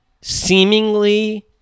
seemingly